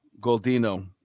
Goldino